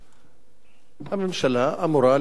הממשלה אמורה למלא אחרי הוראות בית-המשפט.